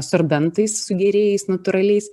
sorbentais sugėrėjais natūraliais